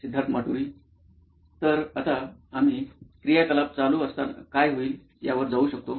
सिद्धार्थ माटुरी मुख्य कार्यकारी अधिकारी नॉइन इलेक्ट्रॉनिक्स तर आता आम्ही क्रियाकलाप चालू असताना काय होईल यावर जाऊ शकतो